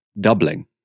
doubling